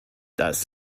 das